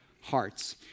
hearts